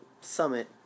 summit